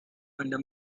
under